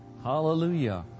Hallelujah